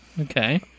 Okay